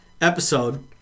episode